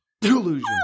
Delusion